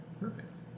Perfect